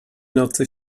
nocy